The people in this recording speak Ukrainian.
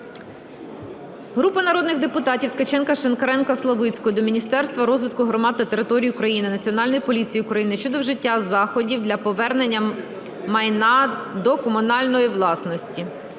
Групи народних депутатів (Ткаченка, Шинкаренка, Славицької) до Міністерства розвитку громад та територій України, Національної поліції України щодо вжиття заходів для повернення майна до комунальної власності.